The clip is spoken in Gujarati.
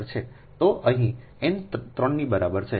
તો અહીં n 3 ની બરાબર છે